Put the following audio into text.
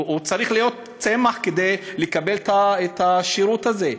צריך להיות צמח כדי לקבל את השירות הזה.